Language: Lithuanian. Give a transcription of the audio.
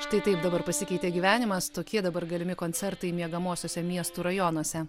štai taip dabar pasikeitė gyvenimas tokie dabar galimi koncertai miegamuosiuose miestų rajonuose